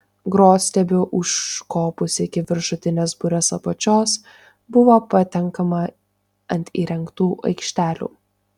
grotstiebiu užkopus iki viršutinės burės apačios buvo patenkama ant įrengtų aikštelių